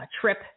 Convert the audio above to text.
trip